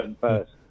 first